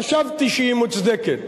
חשבתי שהיא מוצדקת.